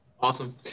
Awesome